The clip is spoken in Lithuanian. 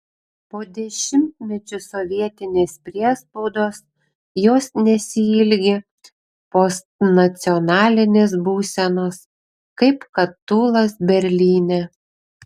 po dešimtmečių sovietinės priespaudos jos nesiilgi postnacionalinės būsenos kaip kad tūlas berlyne